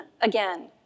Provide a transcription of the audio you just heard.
again